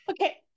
okay